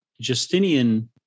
Justinian